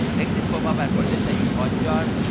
exit pop-up and for this i use hotjar.